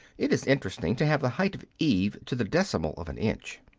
it is interesting to have the height of eve to the decimal of an inch.